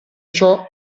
ciò